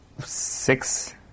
six